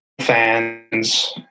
fans